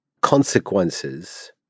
consequences